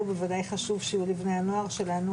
ובוודאי חשוב שיהיו לבני הנוער שלנו,